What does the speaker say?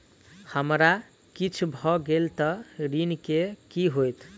हमरा किछ भऽ गेल तऽ ऋण केँ की होइत?